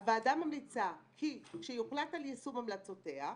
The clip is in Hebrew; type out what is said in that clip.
הוועדה ממליצה כי כשיוחלט על יישום המלצותיה,